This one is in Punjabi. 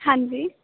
ਹਾਂਜੀ